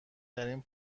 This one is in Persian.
ترین